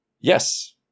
yes